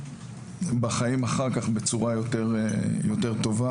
השתלבות בחיים אחר-כך בצורה יותר טובה,